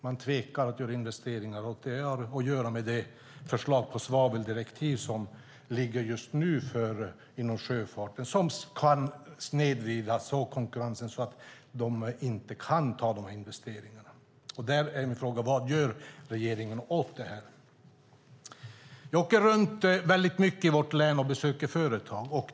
Man tvekar att göra investeringar, och det har att göra med det förslag på svaveldirektiv som just nu ligger inom sjöfarten som kan snedvrida konkurrensen så att de inte kan ta de här investeringarna. Vad gör regeringen åt det? Jag åker runt mycket i mitt hemlän och besöker företag.